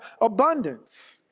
abundance